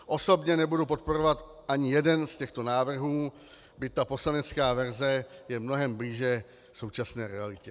Osobně nebudu podporovat ani jeden z těchto návrhů, byť poslanecká verze je mnohem blíže současné realitě.